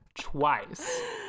twice